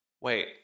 Wait